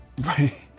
Right